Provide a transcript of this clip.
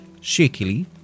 shakily